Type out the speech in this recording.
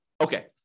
Okay